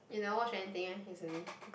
you don't watch anything meh recently